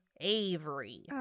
Avery